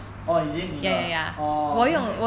orh is it 你的 orh 那个